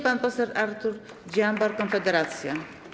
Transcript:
Pan poseł Artur Dziambor, Konfederacja.